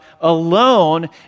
alone